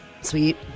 Sweet